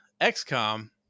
XCOM